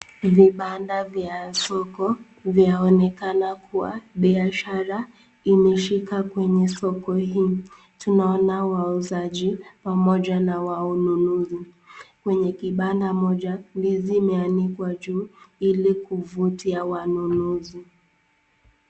Vibanda vya soko vyaonekana kuwa biashara imeshika kwenye soko hii. Tunaona wauzaji pamoja na wanunuzi. Kwenye kibanda moja ndizi imeanikwa juu ili kuvutia wanunuzi.